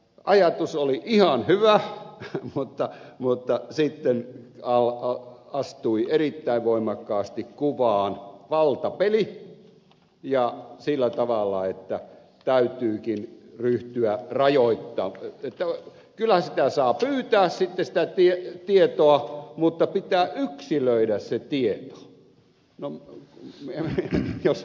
ajatus oli ihan hyvä mutta sitten astui erittäin voimakkaasti kuvaan valtapeli ja sillä tavalla että täytyykin ryhtyä rajoittamaan että kyllä saa pyytää sitten sitä tietoa mutta pitää yksilöidä se tieto